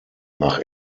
nach